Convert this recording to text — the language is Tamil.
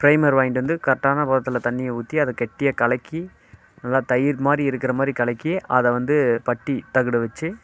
ப்ரைமர் வாங்கிட்டு வந்து கரெக்டான பதத்தில் தண்ணியை ஊற்றி அது கெட்டியாக கலக்கி நல்லா தயிர் மாதிரி இருக்கிற மாதிரி கலக்கி அதை வந்து பட்டி தகட வெச்சு